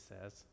says